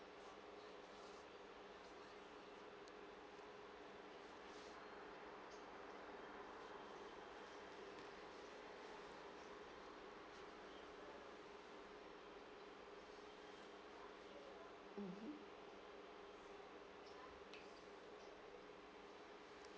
mmhmm